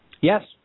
Yes